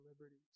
liberties